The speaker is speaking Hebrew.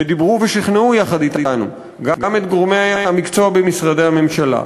ודיברו ושכנעו יחד אתנו גם את גורמי המקצוע במשרדי הממשלה.